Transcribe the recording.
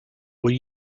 were